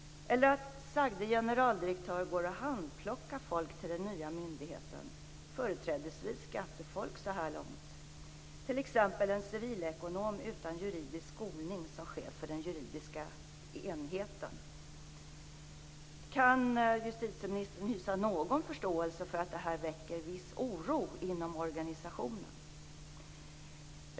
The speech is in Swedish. Denne generaldirektör går sedan och handplockar folk till den nya myndigheten, företrädesvis skattefolk så här långt, t.ex. en civilekonom utan juridisk skolning som chef för den juridiska enheten. Kan justitieministern hysa någon förståelse för att det här väcker viss oro inom organisationen?